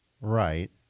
Right